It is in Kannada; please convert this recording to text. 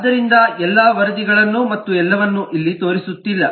ಆದ್ದರಿಂದ ಎಲ್ಲಾ ವರದಿಗಳನ್ನು ಮತ್ತು ಎಲ್ಲವನ್ನೂ ಇಲ್ಲಿ ತೋರಿಸುತ್ತಿಲ್ಲ